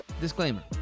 Disclaimer